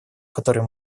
которую